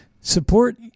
Support